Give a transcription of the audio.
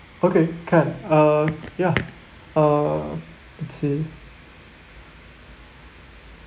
okay can uh yeah err I see